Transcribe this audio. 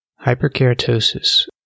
Hyperkeratosis